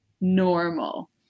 normal